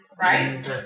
Right